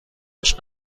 هاش